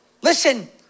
Listen